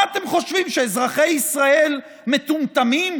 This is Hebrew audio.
מה אתם חושבים, שאזרחי ישראל מטומטמים?